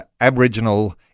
Aboriginal